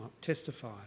testify